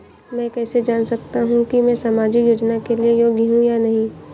मैं कैसे जान सकता हूँ कि मैं सामाजिक योजना के लिए योग्य हूँ या नहीं?